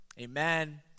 Amen